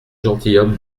gentilhomme